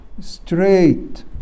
straight